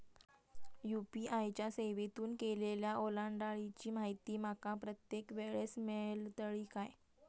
UPI च्या सेवेतून केलेल्या ओलांडाळीची माहिती माका प्रत्येक वेळेस मेलतळी काय?